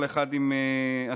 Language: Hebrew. כל אחד עם השקפותיו.